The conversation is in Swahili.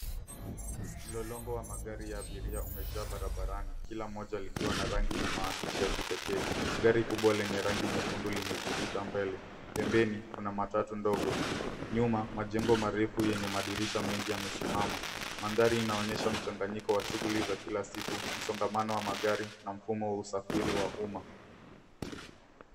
Mlolongo wa magari ya abiria umejaa barabarani kila moja likiwa na rangi na maandishi ya kipekee. Gari kubwa lenye rangi nyekundu limejivuta mbele. Pembeni kuna matatu ndogo. Nyuma majengo marefu yenye madirisha mengi yamesimama. Mandhari inaonyesha mchanganyiko wa shughuli za kila siku, msongamano wa magari na mfumo wa usafiri wa umma.